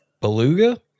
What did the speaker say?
beluga